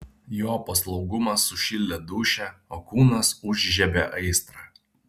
jo paslaugumas sušildė dūšią o kūnas užžiebė aistrą